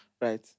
Right